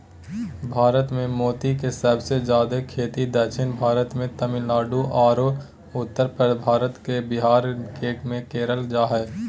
भारत मे मोती के सबसे जादे खेती दक्षिण भारत मे तमिलनाडु आरो उत्तर भारत के बिहार मे करल जा हय